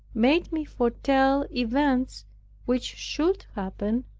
made me foretell events which should happen,